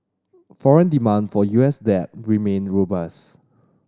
foreign demand for U S debt remain robust